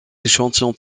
échantillons